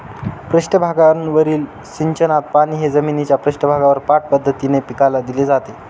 पृष्ठभागावरील सिंचनात पाणी हे जमिनीच्या पृष्ठभागावर पाठ पद्धतीने पिकाला दिले जाते